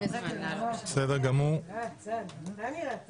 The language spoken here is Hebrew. אני מחדש את הישיבה.